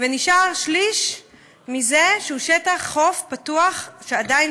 ונשאר שליש שהוא שטח חוף פתוח שעדיין